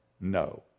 No